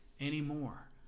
anymore